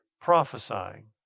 prophesying